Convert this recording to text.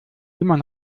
simon